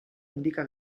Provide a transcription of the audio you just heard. indica